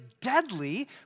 deadly